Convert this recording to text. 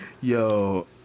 Yo